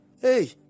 hey